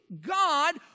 God